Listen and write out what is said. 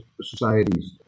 societies